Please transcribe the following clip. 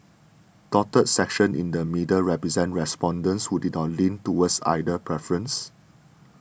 dotted sections in the middle represent respondents who did not lean towards either preference